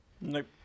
Nope